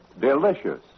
delicious